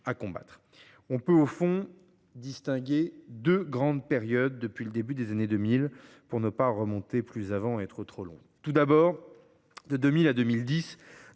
combattre. On peut, au fond, distinguer deux grandes périodes depuis le début des années 2000, pour ne pas remonter plus avant et être ainsi trop long. Tout d’abord, de 2000 à 2010,